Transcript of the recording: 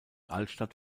altstadt